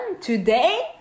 today